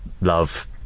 love